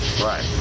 Right